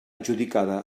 adjudicada